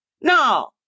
no